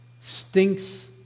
Stinks